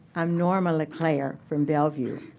i'm norma leclaire from bellevue.